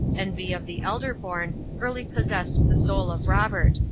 envy of the elder-born early possessed the soul of robert,